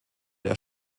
der